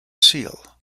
seal